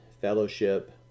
fellowship